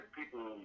people